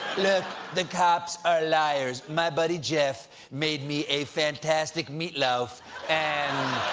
the cops are liars, my buddy jeff made me a fantastic meatloaf and